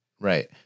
right